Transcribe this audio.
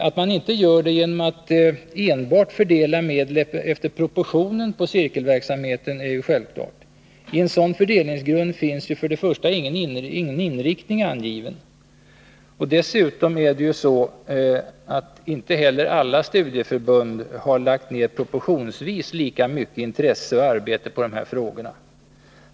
Att man inte gör det genom att enbart fördela medel efter proportionen på cirkelverksamheten är ju självklart. I en sådan fördelningsgrund finns först och främst ingen inriktning angiven. Dessutom har inte heller alla studieförbund lagt ner proportionsvis lika mycket intresse och arbete på dessa frågor.